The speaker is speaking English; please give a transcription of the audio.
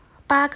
很喜